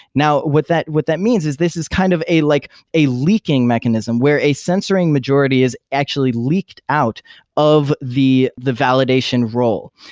now, what that what that means is this is kind of a like a leaking mechanism, where a censoring majority is actually leaked out of the the validation role.